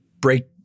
break